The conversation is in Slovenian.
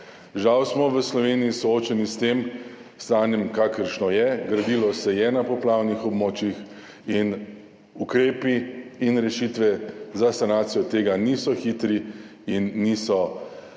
Žal smo v Sloveniji soočeni s tem stanjem, kakršno je, gradilo se je na poplavnih območjih in ukrepi in rešitve za sanacijo tega niso hitri in niso enostavni.